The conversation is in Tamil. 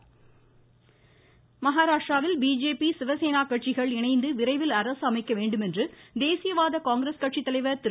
மமமம சரத்பவார் மகாராஷ்ட்ராவில் பிஜேபி சிவசேனா கட்சிகள் இணைந்து விரைவில் அரசு அமைக்க வேண்டுமென்று தேசியவாத காங்கிரஸ் கட்சி தலைவர் திரு